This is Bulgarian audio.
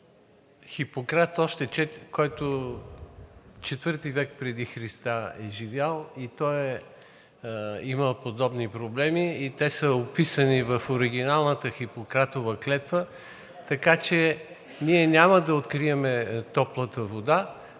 Хипократ, който IV век преди Христа е живял, и той е имал подобни проблеми, те са описани в оригиналната Хипократова клетва, така че ние няма да открием топлата вода.